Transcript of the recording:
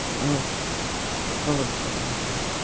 और सब बहुत बढ़िया है